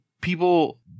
people